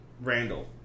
Randall